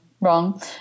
Wrong